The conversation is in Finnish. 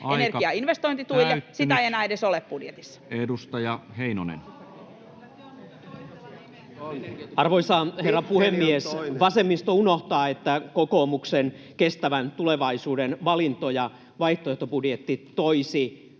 se on mutta toisella nimellä!] Edustaja Heinonen. Arvoisa herra puhemies! Vasemmisto unohtaa, että kokoomuksen Kestävän tulevaisuuden valintoja ‑vaihtoehtobudjetti toisi